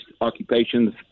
occupations